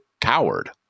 coward